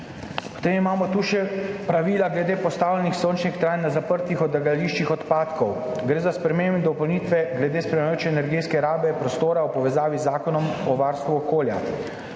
Potem imamo tu še pravila glede postavljenih sončnih elektrarn na zaprtih odlagališčih odpadkov, gre za spremembe in dopolnitve glede spremljajoče energetske rabe prostora v povezavi z Zakonom o varstvu okolja.